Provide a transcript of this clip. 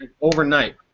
overnight